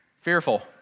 fearful